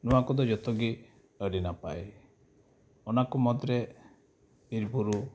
ᱱᱚᱣᱟ ᱠᱚᱫᱚ ᱡᱚᱛᱚᱜᱮ ᱟᱹᱰᱤ ᱱᱟᱯᱟᱭ ᱚᱱᱟᱠᱚ ᱢᱩᱫᱽᱨᱮ ᱵᱤᱨᱼᱵᱩᱨᱩ